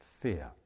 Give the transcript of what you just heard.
fear